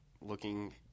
looking